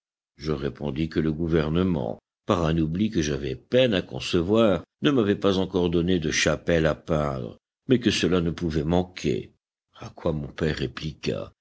je répondis que le gouvernement par un oubli que j'avais peine à concevoir ne m'avait pas encore donné de chapelle à peindre mais que cela ne pouvait manquer à quoi mon père répliqua